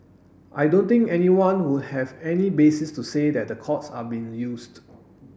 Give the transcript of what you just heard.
I don't think anyone would have any basis to say that the courts are being used